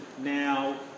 now